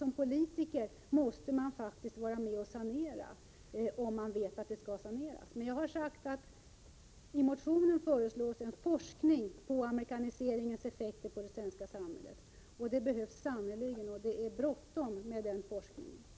Som politiker måste man faktiskt vara med och besluta om sanering, om man vet att det skall saneras. Men jag har sagt att i motionen föreslås en forskning om amerikaniseringens effekter på det svenska samhället. Den behövs sannerligen, och det är bråttom med den forskningen.